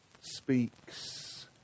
speaks